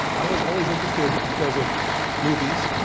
i was always interested because of movies.